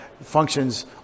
functions